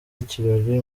ikirori